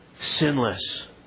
sinless